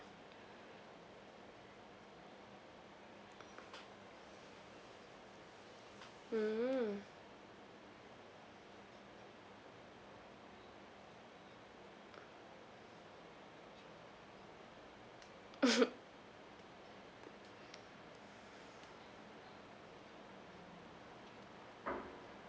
mmhmm